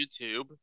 YouTube